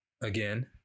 again